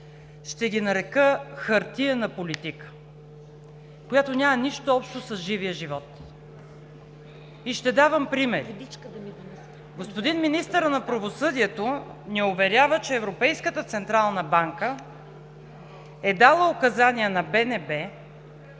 ще ги нарека хартиена политика, която няма нищо общо с живия живот. И ще давам примери. Господин министърът на правосъдието ни уверява, че Европейската централна банка е дала указания на